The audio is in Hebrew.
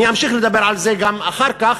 אני אמשיך לדבר על זה גם אחר כך,